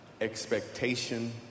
expectation